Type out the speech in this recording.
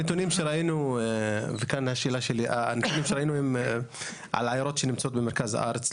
הנתונים שראינו הם על עיירות שנמצאות במרכז הארץ.